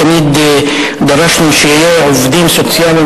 תמיד דרשנו שיהיו עובדים סוציאליים